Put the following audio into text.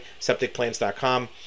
septicplants.com